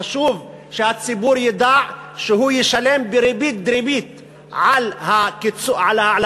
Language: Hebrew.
חשוב שהציבור ידע שהוא ישלם בריבית דריבית על העלאת